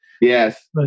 Yes